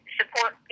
support